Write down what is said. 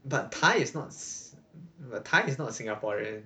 but thai is not but thai is not singaporean